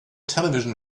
television